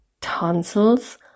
tonsils